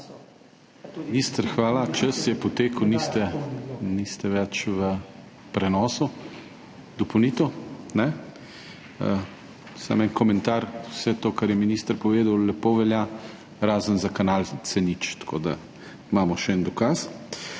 Minister, hvala, čas je potekel. Niste več v prenosu. Dopolnitev? Ne. Samo en komentar. Vse to, kar je minister povedal, lepo velja, razen za kanal C0. Tako da imamo še en dokaz.